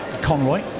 Conroy